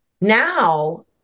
now